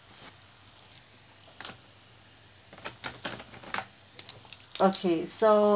okay so